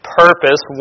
purpose